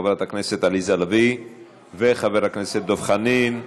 חברת הכנסת עליזה לביא וחבר הכנסת דב חנין,